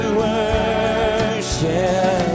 worship